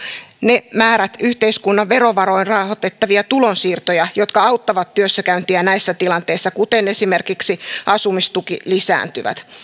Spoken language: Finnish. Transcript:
ne määrät yhteiskunnan verovaroin rahoitettavia tulonsiirtoja jotka auttavat työssäkäyntiä näissä tilanteissa kuten esimerkiksi asumistuki lisääntyvät